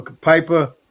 Piper